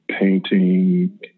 painting